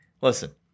Listen